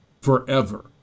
forever